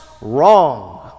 wrong